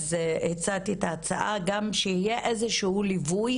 הצעתי את ההצעה גם שיהיה איזה שהוא ליווי